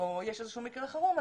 או יש איזשהו מקרה חירום,